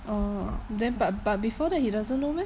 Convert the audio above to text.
orh then but but before that he doesn't know meh